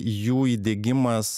jų įdiegimas